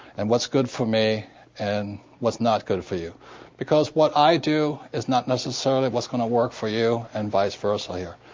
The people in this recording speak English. and what's good for me and what's not good for you because what i do is not necessarily what's going to work for you, and vice versa here.